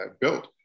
built